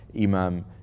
Imam